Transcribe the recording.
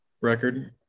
record